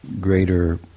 greater